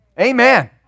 Amen